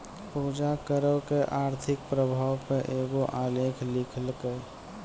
पूजा करो के आर्थिक प्रभाव पे एगो आलेख लिखलकै